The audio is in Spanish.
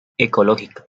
ecológica